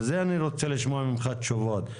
על זה אני רוצה לשמוע ממך תשובות.